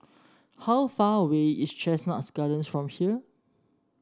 how far away is Chestnut Gardens from here